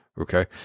Okay